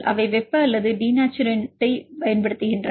அவை வெப்ப அல்லது டினேச்சுரண்டைப் பயன்படுத்துகின்றன